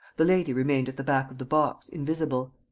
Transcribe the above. the lady remained at the back of the box, invisible.